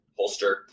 holster